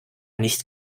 nicht